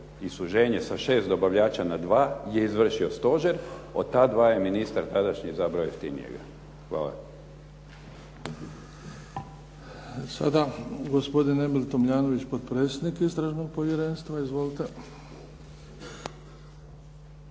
i suženje sa 6 dobavljača na 2 je izvršio stožer, od ta dva je ministar tadašnji izabrao jeftinijega. Hvala. **Bebić, Luka (HDZ)** Sada gospodin Emil Tomljanović, potpredsjednik Istražnog povjerenstva. Izvolite.